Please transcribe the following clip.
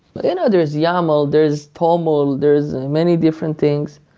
but and there's yaml, there's toml, there's many different things,